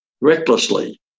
recklessly